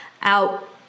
out